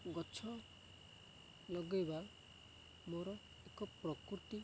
ଗଛ ଲଗେଇବା ମୋର ଏକ ପ୍ରକୃତି